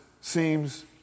seems